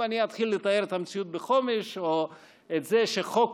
אם אני אתחיל לתאר את המציאות בחומש או את זה שחוק